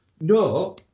no